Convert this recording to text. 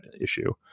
issue